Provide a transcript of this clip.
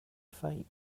fake